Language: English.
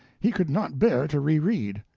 he could not bear to reread.